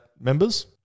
members